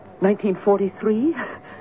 1943